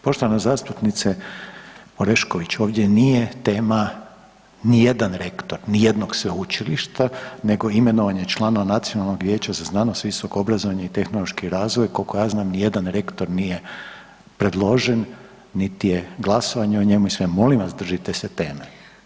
Poštovana zastupnice Orešković, ovdje nije tema nijedan rektor nijednog sveučilišta nego imenovanje članova Nacionalnog vijeća za znanost, visoko obrazovanje i tehnološki razvoj, koliko ja znam, ni jedan rektor nije predložen niti je glasovano o njemu, i sve, molim vas, držite se teme.